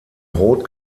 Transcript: rot